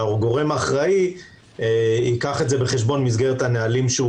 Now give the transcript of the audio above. שהגורם האחראי ייקח את זה בחשבון במסגרת הנהלים שהוא